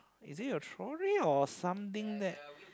is it a trolley or something there